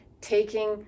taking